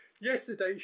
yesterday